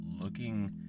looking